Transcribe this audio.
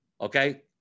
okay